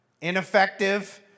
ineffective